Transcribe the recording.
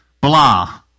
blah